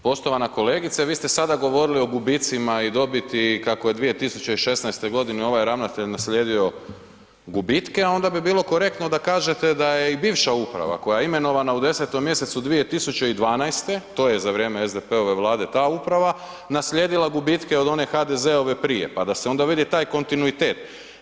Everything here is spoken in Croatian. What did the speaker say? Poštovana kolegice, vi ste sada govorili o gubicima i dobiti kako je 2016.g. ovaj ravnatelj nasljedio gubitke, a onda bi bilo korektno da kažete da je i bivša uprava koja je imenovana u 10. mjesecu 2012., to je za vrijeme SPD-ove Vlade ta uprava, naslijedila gubitke od one HDZ-ove prije, pa da se onda vidi taj kontinuitet.